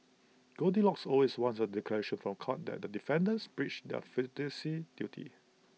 goldilocks always wants A declaration from court that the defendants breached their duties